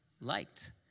liked